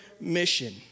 mission